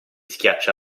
schiaccia